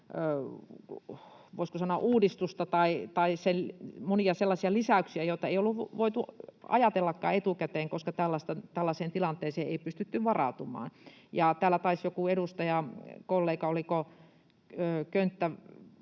voisiko sanoa, uudistusta tai sen monia sellaisia lisäyksiä, joita ei ollut voitu ajatellakaan etukäteen, koska tällaiseen tilanteeseen ei pystytty varautumaan. Ja täällä taisi joku edustajakollega, oliko Könttä